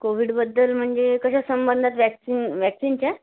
कोविडबद्दल म्हणजे कशा संबंधात वॅक्सिन वॅक्सिनच्या